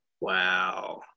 Wow